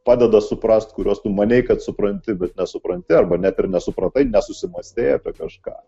padeda suprast kuriuos tu manei kad supranti bet nesupranti arba net ir nesupratai nesusimąstei apie kažką